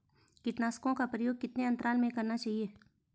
कीटनाशकों का प्रयोग कितने अंतराल में करना चाहिए?